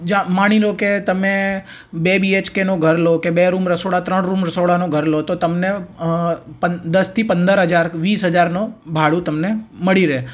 જા માની લો કે તમે બે બી એચ કેનું ઘર લો કે બે રૂમ રસોડા ત્રણ રૂમ રસોડાનું ઘર લો તો તમને પંદ દસથી પંદર હજાર વીસ હજારનું ભાડું તમને મળી રહે